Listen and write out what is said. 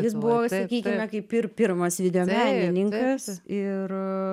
jis buvo sakykime kaip ir pirmas videomenininkas ir